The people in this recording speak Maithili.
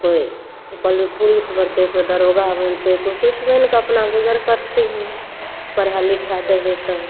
कोइ पुलिस बनतै कोइ दरोगा बनतै कोइ किछु बनिकऽ अपना गुजर करथिन पढ़ा लिखा देबै तऽ